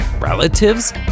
relatives